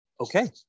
okay